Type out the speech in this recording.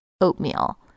oatmeal